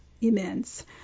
immense